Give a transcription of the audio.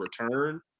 return